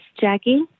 Jackie